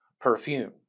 perfume